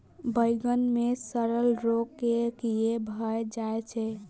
बइगन मे सड़न रोग केँ कीए भऽ जाय छै?